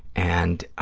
and